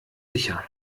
sicher